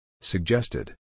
Suggested